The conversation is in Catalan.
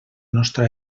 nostra